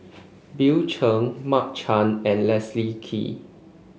Bill Chen Mark Chan and Leslie Kee